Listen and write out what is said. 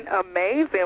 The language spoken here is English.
amazing